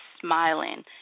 smiling